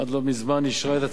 אישרה את הצעדים לצמצום,